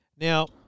Now